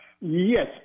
Yes